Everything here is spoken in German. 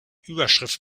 überschrift